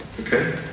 Okay